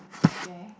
share